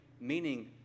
Meaning